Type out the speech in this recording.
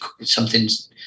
something's